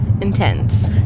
Intense